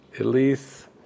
Elise